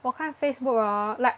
我看 Facebook hor like